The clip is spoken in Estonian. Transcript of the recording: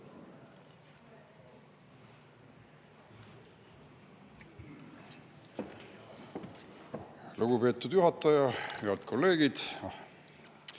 Lugupeetud juhataja! Head kolleegid!